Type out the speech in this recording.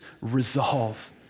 resolve